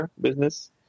business